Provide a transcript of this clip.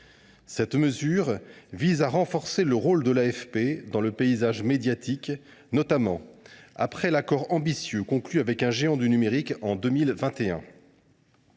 Cette mesure vise à renforcer le rôle de l’AFP dans le paysage médiatique, notamment après l’accord ambitieux conclu avec un géant du numérique en 2021.